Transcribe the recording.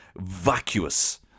vacuous